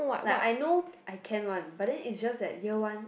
like I know I can one but then is just that year one